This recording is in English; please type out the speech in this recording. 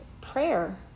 Prayer